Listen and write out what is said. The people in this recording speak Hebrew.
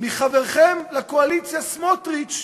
מחברכם לקואליציה סמוטריץ,